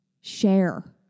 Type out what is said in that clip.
share